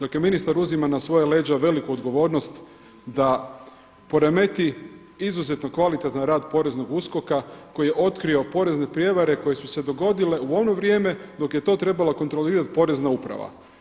Dakle, ministar uzima na svoja leđa veliku odgovornost da poremeti izuzetno kvalitetan rad poreznog USKOK-a koji je otkrio porezne prijevare koje su se dogodile u ono vrijeme dok je to trebala kontrolirati porezna uprava.